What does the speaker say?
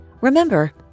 Remember